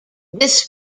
this